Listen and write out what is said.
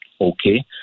okay